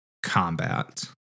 Combat